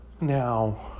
Now